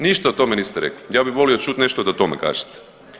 Ništa o tome niste rekli, ja bi volio čuti nešto da o tome kažete.